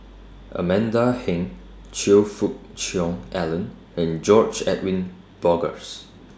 Amanda Heng Choe Fook Cheong Alan and George Edwin Bogaars